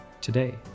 today